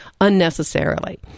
unnecessarily